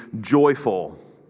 joyful